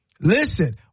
listen